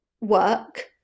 work